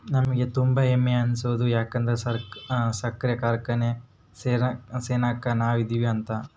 ನಮಿಗೆ ತುಂಬಾ ಹೆಮ್ಮೆ ಅನ್ಸೋದು ಯದುಕಂದ್ರ ಸಕ್ರೆ ಕಾರ್ಖಾನೆ ಸೆನೆಕ ನಾವದಿವಿ ಅಂತ